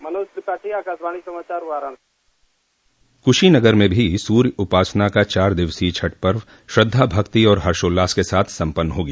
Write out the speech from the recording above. मनोज त्रिपाठी आकाशवाणी समाचार वाराणसी कुशीनगर में भी सूर्य उपासना का चार दिवसीय छठ पर्व श्रद्धा भक्ति और हर्षोल्लास के साथ सम्पन्न हो गया